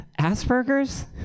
Asperger's